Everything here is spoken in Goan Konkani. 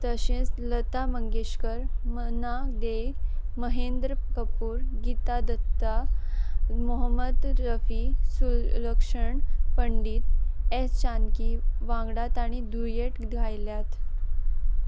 तशेंच लता मंगेशकर मना दे महेंद्र कपूर गीता दत्ता मुहम्मद रफी सुलक्षणा पंडित एस जानकी वांगडा तांणी दुयेट गायल्यांत